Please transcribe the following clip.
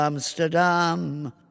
Amsterdam